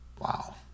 Wow